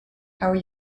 are